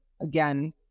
Again